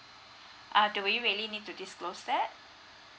uh do we really need to disclose that